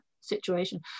situation